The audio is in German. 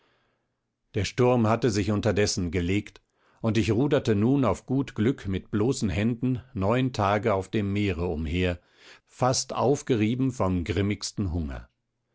der sturm hatte sich unterdessen gelegt und ich ruderte nun auf gut glück mit bloßen händen neun tage auf dem meere umher fast aufgerieben vom grimmigsten hunger